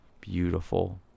beautiful